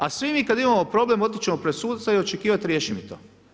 A svi mi kad imamo problem, otići ćemo pred suca i očekivati riješeno to.